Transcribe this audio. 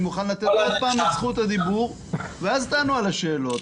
אני מוכן לתת לכם את זכות הדיבור ואז תענו על השאלות.